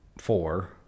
four